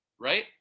right